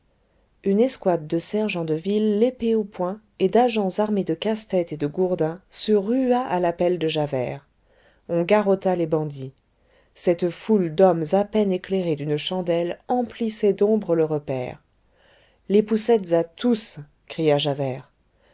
une escouade de sergents de ville l'épée au poing et d'agents armés de casse-tête et de gourdins se rua à l'appel de javert on garrotta les bandits cette foule d'hommes à peine éclairés d'une chandelle emplissait d'ombre le repaire les poucettes à tous cria javert